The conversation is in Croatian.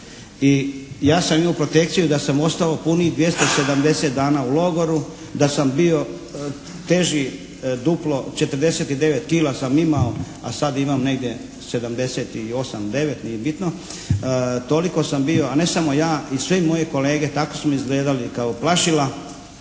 I ja sam imao protekciju da sam ostao punih 270 dana u logoru, da sam bio teži duplo, 49 kila sam imao, a sam imam negdje 78, 79 nije bitno. Toliko sam bio, a ne samo ja, i svi moji kolege tako smo izgledali kao plašila,